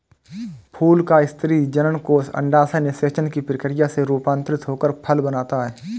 फूल का स्त्री जननकोष अंडाशय निषेचन की प्रक्रिया से रूपान्तरित होकर फल बनता है